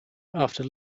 after